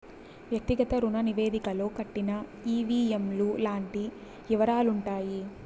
వ్యక్తిగత రుణ నివేదికలో కట్టిన ఈ.వీ.ఎం లు లాంటి యివరాలుంటాయి